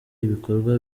ibikorwa